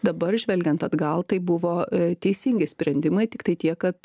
dabar žvelgiant atgal tai buvo teisingi sprendimai tiktai tiek kad